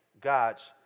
God's